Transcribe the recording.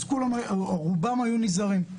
אז רובם היו נזהרים.